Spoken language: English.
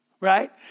right